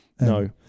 No